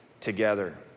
together